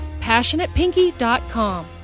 passionatepinky.com